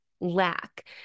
lack